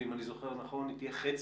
ואם אני זוכר נכון היא תהיה חצי.